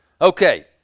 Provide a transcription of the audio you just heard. Okay